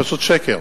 הם פשוט שקר.